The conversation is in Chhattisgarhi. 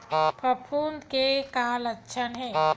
फफूंद के का लक्षण हे?